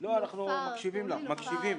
במקרים מאוד קיצוניים יהיה מי שלא